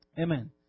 Amen